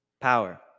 Power